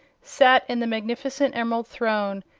sat in the magnificent emerald throne,